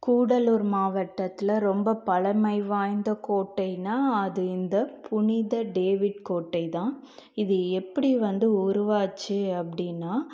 கூடலூர் மாவட்டத்தில் ரொம்ப பழமை வாய்ந்த கோட்டைனால் அது இந்த புனித டேவிட் கோட்டை தான் இது எப்படி வந்து உருவாச்சு அப்படின்னா